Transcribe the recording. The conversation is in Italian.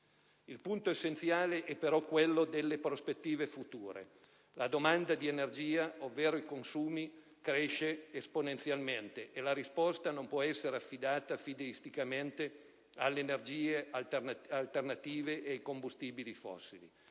Il punto essenziale è però quello delle prospettive future. La domanda di energia, ovvero i consumi, cresce esponenzialmente e la risposta non può essere affidata fideisticamente - lo dicevo prima - alle energie alternative o ai combustibili fossili,